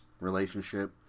relationship